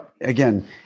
again